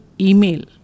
email